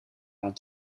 aan